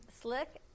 Slick